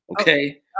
Okay